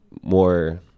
more